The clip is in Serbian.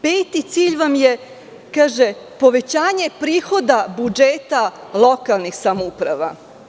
Peti cilj vam je povećanje prihoda budžeta lokalnih samouprava.